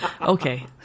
Okay